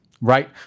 right